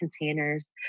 containers